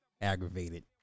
aggravated